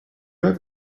have